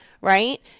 right